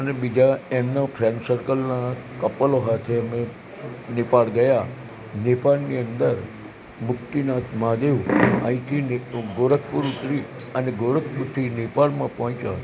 અને બીજા એમનું ફ્રેન્ડ સર્કલના કપલો સાથે અમે નેપાળ ગયા નેપાળની અંદર મુક્તિનાથ મહાદેવ અહીંથી ગોરખપુર ઉતરી અને ગોરખપુરથી નેપાળમાં પહોંચ્યા